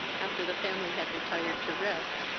after the family had retired to rest,